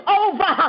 over